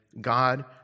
God